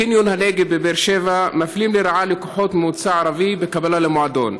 בקניון הנגב בבאר שבע מפלים לרעה לקוחות ממוצא ערבי בקבלה למועדון.